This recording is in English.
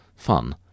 Fun